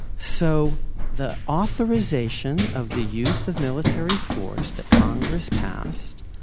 so the authorization of the use of military force that congress passed